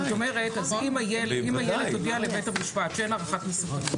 אם איילת תודיע לבית המשפט שאין הערכת מסוכנות,